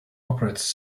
operates